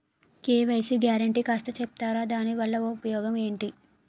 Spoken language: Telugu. కే.వై.సీ గ్యారంటీ కాస్త చెప్తారాదాని వల్ల ఉపయోగం ఎంటి?